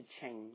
change